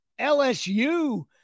LSU